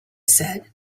said